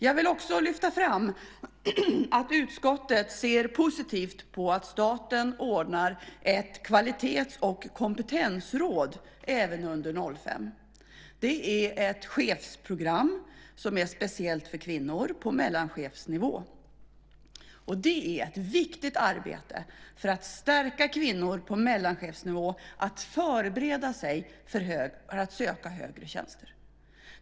Jag vill också lyfta fram att utskottet ser positivt på att staten ordnar ett kvalitets och kompetensråd även under 2005. Det är ett chefsprogram speciellt för kvinnor på mellanchefsnivå. Det är ett viktigt arbete för att stärka kvinnor på mellanchefsnivå att förbereda sig för att söka högre tjänster.